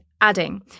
adding